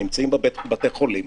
בבתי החולים.